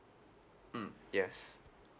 mm yes